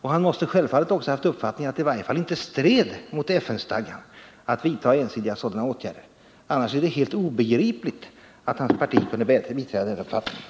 Han måste självfallet också haft uppfattningen att det i varje fall inte stred emot FN-stadgan att vidta ensidiga sådana åtgärder, för annars är det helt obegripligt att hans parti kunde biträda den uppfattningen.